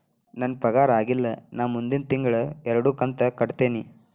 ನನ್ನ ಪಗಾರ ಆಗಿಲ್ಲ ನಾ ಮುಂದಿನ ತಿಂಗಳ ಎರಡು ಕಂತ್ ಕಟ್ಟತೇನಿ